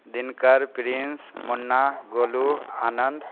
Dinkar Prince Munna Golu Anand